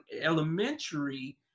elementary